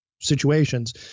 situations